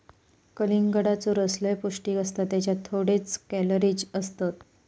कलिंगडाचो रस लय पौंष्टिक असता त्येच्यात थोडेच कॅलरीज असतत